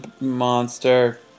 monster